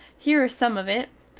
here is some of it,